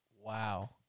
Wow